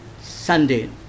Sunday